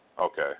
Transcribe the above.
Okay